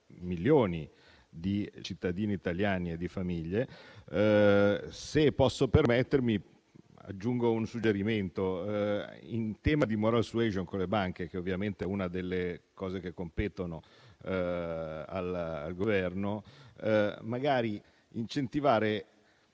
di cittadini italiani e di famiglie. Se posso permettermi, aggiungo un suggerimento. In tema di *moral suasion* con le banche, che è uno degli ambiti che competono al Governo, magari si potrebbe